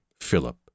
Philip